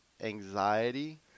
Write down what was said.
anxiety